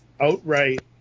outright